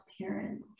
parent